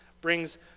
brings